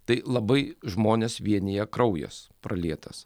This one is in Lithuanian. tai labai žmones vienija kraujas pralietas